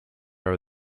are